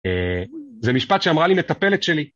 זה משפט שאמרה לי מטפלת שלי.